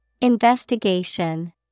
Investigation